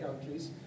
countries